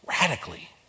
radically